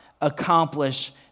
accomplish